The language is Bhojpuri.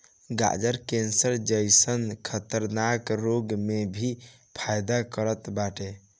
गाजर कैंसर जइसन खतरनाक रोग में भी फायदा करत बाटे